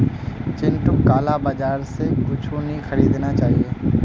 चिंटूक काला बाजार स कुछू नी खरीदना चाहिए